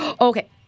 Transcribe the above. Okay